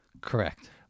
Correct